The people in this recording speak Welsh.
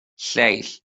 lleill